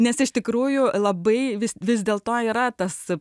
nes iš tikrųjų labai vis vis dėl to yra tas